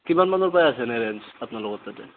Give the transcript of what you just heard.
কিমান মানৰ পৰা আছেনো ৰেঞ্জ আপোনালোকৰ তাতে